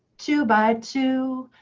two by two,